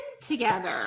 together